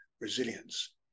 resilience